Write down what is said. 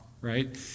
right